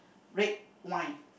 red wine